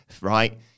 right